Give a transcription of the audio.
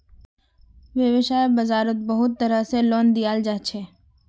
वैव्साय बाजारोत बहुत तरह से लोन दियाल जाछे